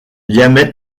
diamètre